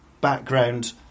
background